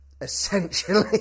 essentially